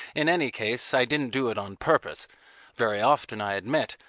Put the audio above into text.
in any case i didn't do it on purpose very often, i admit,